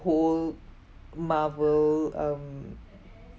whole marvel um